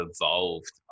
evolved